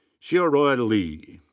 xiaorui li.